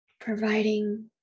Providing